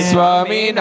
Swami